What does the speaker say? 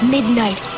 Midnight